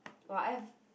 !wah! F